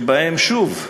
שבהן, שוב,